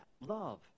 Love